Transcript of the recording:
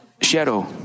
shadow